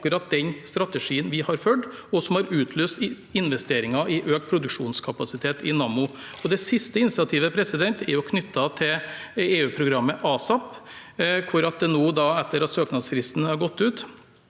akkurat den strategien vi har fulgt, og som har utløst investeringer i økt produksjonskapasitet i Nammo. Det siste initiativet er knyttet til EU-programmet ASAP, hvor det nå, etter at søknadsfristen er gått ut,